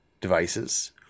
devices